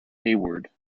hayward